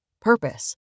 purpose